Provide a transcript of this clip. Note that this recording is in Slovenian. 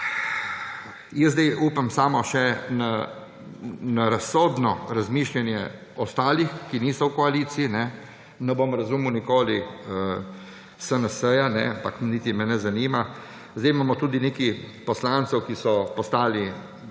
Jaz zdaj upam samo še na razsodno razmišljanje ostalih, ki niso v koaliciji, ne bom razumel nikoli SNS-ja, ampak me niti ne zanima. Zdaj imamo tudi nekaj poslancev, ki so postali